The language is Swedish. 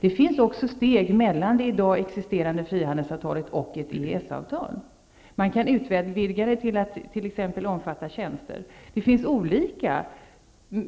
Det finns också steg mellan det i dag existerande frihandelsavtalet och ett EES-avtal. Man kan utvidga det till att t.ex. omfatta tjänster. Det finns olika